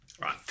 Right